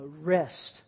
rest